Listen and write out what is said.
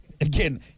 Again